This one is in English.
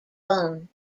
bone